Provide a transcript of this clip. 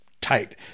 tight